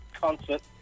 concert